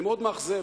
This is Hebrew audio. זה מאוד מאכזב,